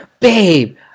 Babe